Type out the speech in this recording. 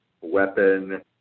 weapon